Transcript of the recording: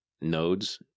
nodes